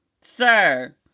sir